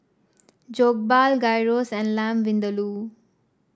Jokbal Gyros and Lamb Vindaloo